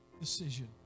decision